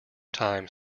time